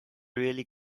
really